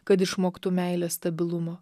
kad išmoktų meilės stabilumo